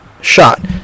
shot